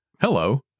Hello